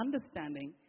understanding